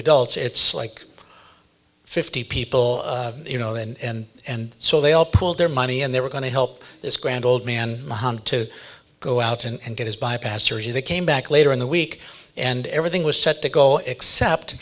adults it's like fifty people you know in and so they all pooled their money and they were going to help this grand old man hunt to go out and get his bypass surgery they came back later in the week and everything was set to go except